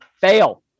fail